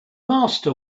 master